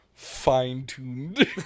fine-tuned